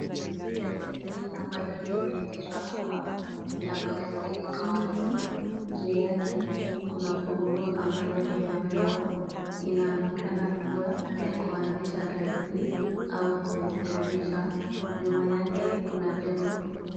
Gari hili ambalo limeegeshwa hapa , milango yake iko wazi, juu yake kuna funguo ambayo imewekwa inaonekana kuwa ya kuanzisha gari hii au kuisimamisha. Nyuma yake kuna jengo.